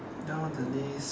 down the list